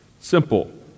Simple